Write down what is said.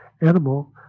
animal